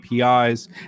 APIs